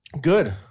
Good